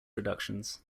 reductions